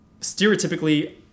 stereotypically